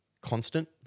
constant